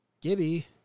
Gibby